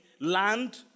land